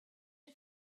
had